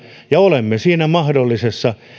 ja olemme siinä mahdollisessa